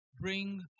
bring